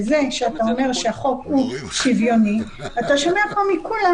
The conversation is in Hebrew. זה שאתה אומר שהחוק הוא שוויוני אתה שומע מפה מכולם